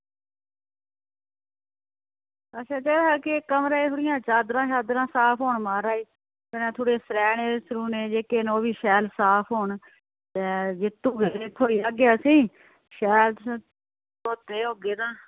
एह् कमरे दियां चादरां साफ होन म्हाराज कन्नै सर्हैने न जेह्के ओह्बी साफ होन जे धोऐ ते शैल तुसेंई धोते दे होगे तां